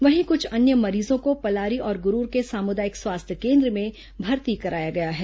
वहीं कुछ अन्य मरीजों को पलारी और गुरूर के सामुदायिक स्वास्थ्य केन्द्र में भर्ती कराया गया है